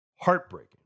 Heartbreaking